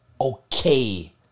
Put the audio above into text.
okay